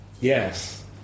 Yes